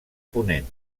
ponent